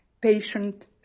patient